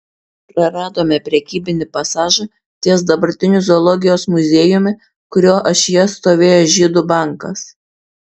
praradome prekybinį pasažą ties dabartiniu zoologijos muziejumi kurio ašyje stovėjo žydų bankas